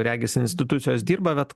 regis institucijos dirba bet